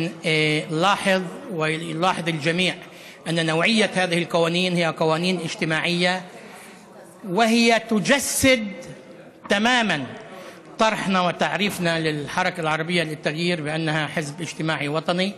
חברתיים שמיישמים את האג'נדה וההגדרה שלנו של התנועה הערבית לשינוי,